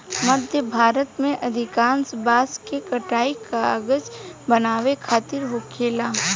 मध्य भारत में अधिकांश बांस के कटाई कागज बनावे खातिर होखेला